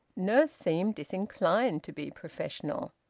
nurse seemed disinclined to be professional.